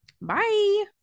Bye